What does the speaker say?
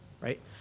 right